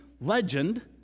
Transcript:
legend